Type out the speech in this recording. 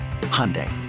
Hyundai